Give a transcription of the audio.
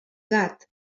gat